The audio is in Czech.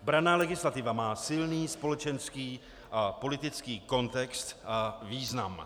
Branná legislativa má silný společenský a politický kontext a význam.